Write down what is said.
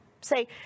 say